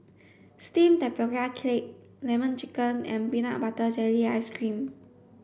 steamed tapioca cake lemon chicken and peanut butter jelly ice cream